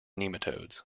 nematodes